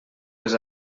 les